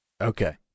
Okay